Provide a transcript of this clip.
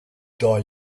die